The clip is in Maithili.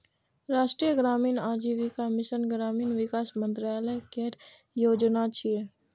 राष्ट्रीय ग्रामीण आजीविका मिशन ग्रामीण विकास मंत्रालय केर योजना छियै